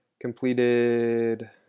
completed